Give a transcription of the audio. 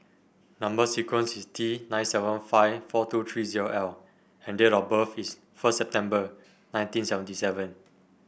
number sequence is T nine seven five four two three zero L and date of birth is first September nineteen seventy seven